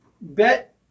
bet